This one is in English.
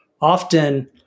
often